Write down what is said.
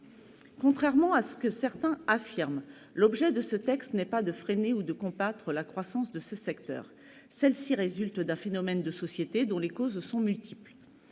Contrairement à ce que certains affirment, l'objet de ce texte n'est pas de freiner ou de combattre la croissance de ce secteur. Celle-ci découle d'un phénomène de société, aux causes multiples.